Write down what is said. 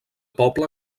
poble